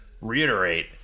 reiterate